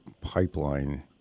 pipeline